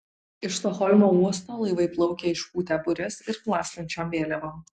iš stokholmo uosto laivai plaukia išpūtę bures ir plastančiom vėliavom